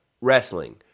wrestling